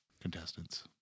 contestants